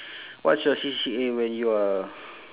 what's your C_C_A when you are